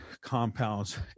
compounds